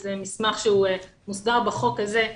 שזה מסמך שמוסדר בחוק הזה.